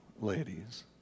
ladies